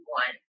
one